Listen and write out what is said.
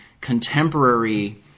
contemporary